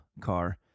car